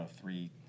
three